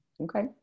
okay